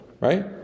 right